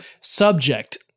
subject